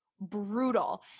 brutal